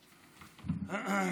הנחה.